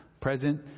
present